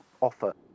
offer